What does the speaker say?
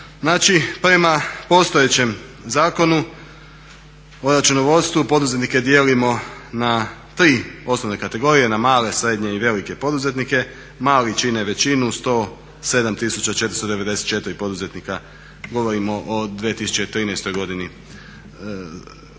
prema postojećem Zakonu o računovodstvu poduzetnike dijelimo na tri osnovne kategorije, na male, srednje i velike poduzetnike. Mali čine većinu 107 tisuća 494 poduzetnika, govorimo o 2013. godini,